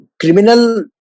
criminal